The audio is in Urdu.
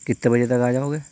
کتے بجے تک آ جاؤ گے